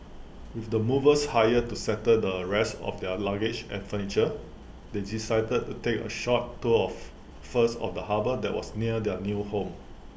with the movers hired to settle the rest of their luggage and furniture they decided to take A short tour of first of the harbour that was near their new home